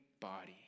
body